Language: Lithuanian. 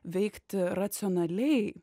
veikti racionaliai